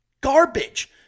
garbage